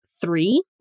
Three